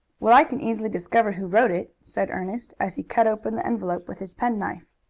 well, i can easily discover who wrote it, said ernest, as he cut open the envelope with his penknife.